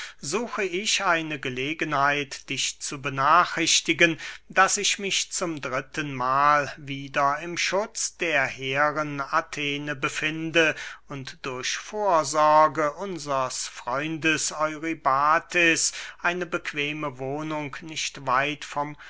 suche ich eine gelegenheit dich zu benachrichtigen daß ich mich zum dritten mahl wieder im schutz der hehren athene befinde und durch vorsorge unsres freundes eurybates eine bequeme wohnung nicht weit vom